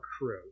crew